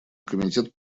комитет